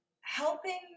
helping